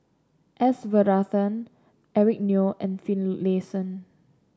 S Varathan Eric Neo and Finlayson